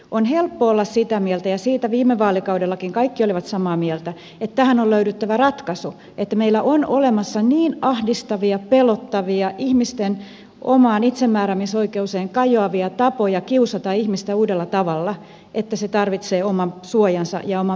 on helppo olla sitä mieltä ja siitä viime vaalikaudellakin kaikki olivat samaa mieltä että tähän on löydyttävä ratkaisu että meillä on olemassa niin ahdistavia pelottavia ihmisten omaan itsemääräämisoikeuteen kajoavia tapoja kiusata ihmistä uudella tavalla että se tarvitsee oman suojansa ja oman pykälänsä